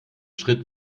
schritt